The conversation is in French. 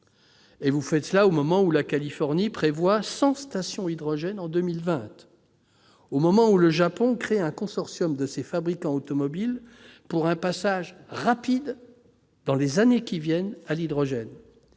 : vous faites ce choix au moment où la Californie prévoit 100 stations hydrogène pour 2020 ; au moment où le Japon crée un consortium de ses fabricants automobiles pour un passage rapide à l'hydrogène, dès les années qui viennent, même si l'hydrogène